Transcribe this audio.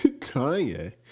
Tanya